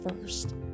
first